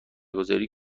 گذاری